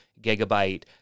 gigabyte